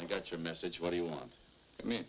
i got your message what he wants me